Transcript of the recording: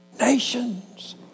Nations